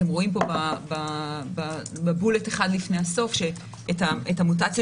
אתם רואים פה בבולט אחד לפני הסוף שאת המוטציות